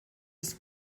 des